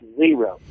zero